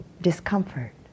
discomfort